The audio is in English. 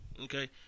Okay